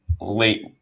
late